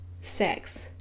sex